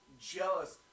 jealous